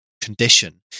condition